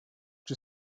czy